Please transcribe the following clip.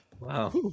Wow